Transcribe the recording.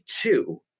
two